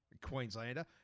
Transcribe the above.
Queenslander